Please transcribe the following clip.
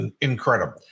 Incredible